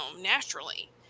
naturally